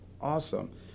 awesome